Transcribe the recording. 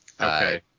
Okay